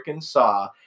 saw